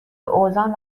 اوزان